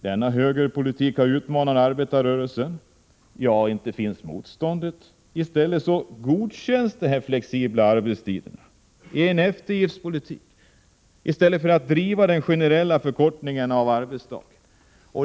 Denna högerpolitik utmanar arbetarrörelsen, men det finns inte något motstånd. Man godkänner dessa flexibla arbetstider i en eftergiftspolitik, i stället för att driva frågan om den generella förkortningen av arbetsdagen.